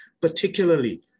particularly